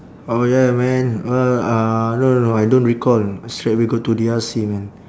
orh ya man uh uh no no I don't recall straight away go to D_R_C man